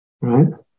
right